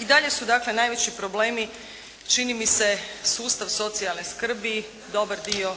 I dalje su najveći problemi čini mi se sustav socijalne skrbi, dobar dio